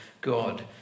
God